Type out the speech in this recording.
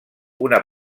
una